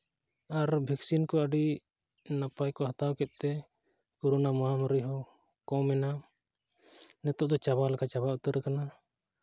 ᱟᱨ vaccine ᱠᱚ ᱟᱹᱰᱤ ᱱᱟᱯᱟᱭ ᱠᱚ ᱦᱟᱛᱟᱣ ᱠᱮᱫ ᱛᱮ ᱠᱳᱨᱳᱱᱟ ᱢᱚᱦᱟᱢᱟᱨᱤ ᱦᱚᱸ ᱠᱚᱢᱮᱱᱟ ᱱᱤᱛᱳᱜ ᱫᱚ ᱪᱟᱵᱟ ᱞᱮᱠᱟ ᱪᱟᱵᱟ ᱩᱛᱟᱹᱨᱟᱠᱟᱱᱟ